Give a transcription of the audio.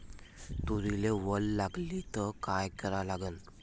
तुरीले वल लागली त का करा लागन?